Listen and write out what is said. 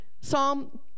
Psalm